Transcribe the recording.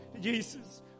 Jesus